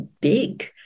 big